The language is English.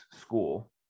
school